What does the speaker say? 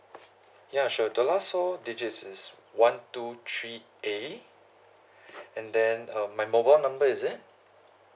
ya sure the last four digit is one two three A and then uh my mobile number is it